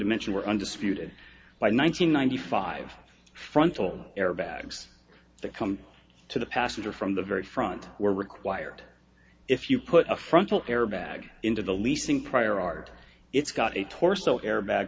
to mention were undisputed by nine hundred ninety five frontal airbags that come to the passenger from the very front were required if you put a frontal airbag into the leasing prior art it's got a torso airbag